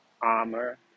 Armor